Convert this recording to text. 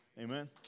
Amen